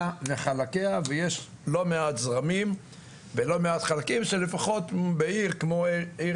וחלקיה ויש לא מעט זרמים ולא מעט חלקים שלפחות בעיר כמו עיר